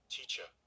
Teacher